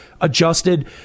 adjusted